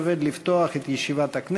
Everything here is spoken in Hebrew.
7 ביולי 2014. אני מתכבד לפתוח את ישיבת הכנסת.